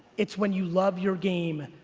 it's when you love your game,